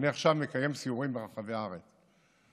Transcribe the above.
אני עכשיו מקיים סיורים ברחבי הארץ,